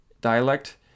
dialect